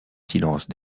silence